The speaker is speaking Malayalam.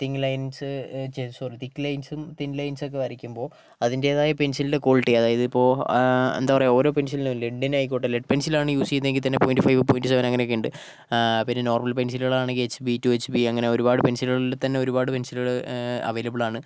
തിങ് ലൈൻസ് ഛേ സോറി തിക്ക് ലൈൻസ്സും തിൻ ലൈൻസൊക്കെ വരയ്ക്കുമബോൾ അതിൻറ്റേതായ പെൻസിൽൻ്റെ ക്വാളിറ്റി അതായത് ഇപ്പോൾ എന്താ പറയുക ഓരോ പെൻസിലിനുമില്ലേ ലെഡ്ഡിനായിക്കോട്ടെ ലെഡ് പെൻസിൽ ആണ് യൂസ് ചെയ്യുന്നതെങ്കിൽ തന്നെ പോയൻറ്റ് ഫൈവ് പോയൻറ്റ് സെവൻ അങ്ങനക്കെ ഉണ്ട് പിന്നെ നോർമൽ പെൻസിലുകൾ ആണെങ്കി H B two H B അങ്ങനെ ഒരുപാട് പെൻസിലുകളിൽ തന്നെ ഒരുപാട് പെൻസിലുകള് അവൈലബിൾ ആണ്